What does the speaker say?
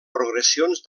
progressions